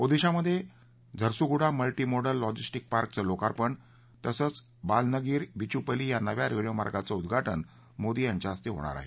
ओदिशामधे Jharsuguda multi modal logistic पार्कचं लोकार्पण तसंच बालनगीर बिचुपली या नव्या रेल्वेमार्गाचं उद्वाटन मोदी यांच्या हस्ते हाणार आहे